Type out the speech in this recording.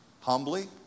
Humbly